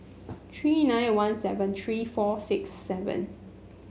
three nine one seven three four six seven